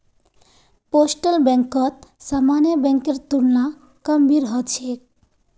postal बैंकत सामान्य बैंकेर तुलना कम भीड़ ह छेक